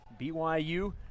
BYU